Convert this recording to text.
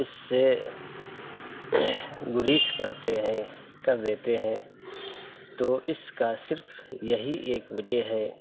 اُس سے گُریز کرتے ہیں کر دیتے ہیں تو اِس کا صرف یہی ایک وجہ ہے